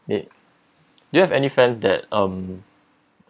they do you have any friends that um